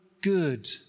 good